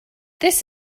this